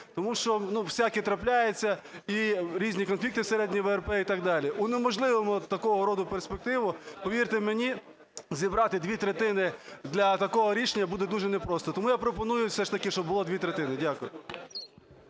Тому що всяке трапляється і різні конфлікти всередині ВРП і так далі. Унеможливимо такого роду перспективу, повірте мені, зібрати дві третини для такого рішення буде дуже не просто. Тому я пропоную, щоб було все ж таки дві третини. Дякую.